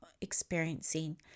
experiencing